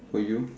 for you